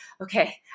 okay